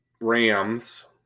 Rams